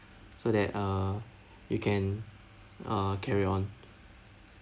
so that uh you can uh carry on